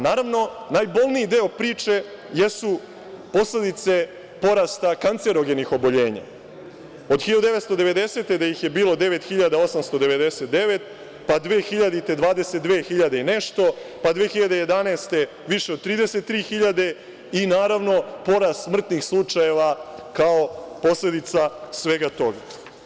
Naravno, najbolniji deo priče jesu posledice porasta kancerogenih oboljenja, od 1990. godine da ih je bilo 9.899, pa 2000. godine 22 hiljade i nešto, pa 2011. godine više od 33 hiljade i, naravno, porast smrtnih slučajeva, kao posledica svega toga.